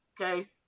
Okay